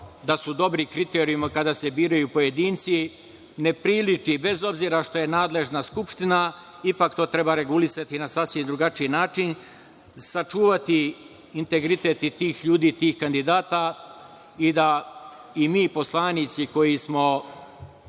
da su dobri kriterijumi kada se biraju pojedinci. Ne priliči, bez obzira što je nadležna Skupština, ipak to treba regulisati na sasvim drugačiji način. Sačuvati integritet i tih ljudi i tih kandidata, i da i mi poslanici koji smo